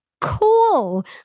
Cool